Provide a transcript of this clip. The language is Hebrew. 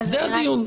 זה הדיון.